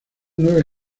nueve